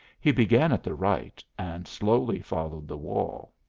he began at the right, and slowly followed the wall.